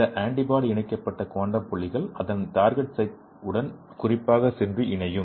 இந்த ஆன்டிபாடி இணைக்கப்பட்ட குவாண்டம் புள்ளிகள் அதன் டார்கெட் சைட் உடன் குறிப்பாக சென்று இணையும்